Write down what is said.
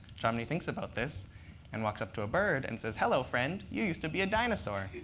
jomny thinks about this and walks up to a bird and says, hello, friend. you used to be a dinosaur.